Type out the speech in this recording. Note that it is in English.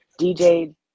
DJ